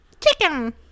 Chicken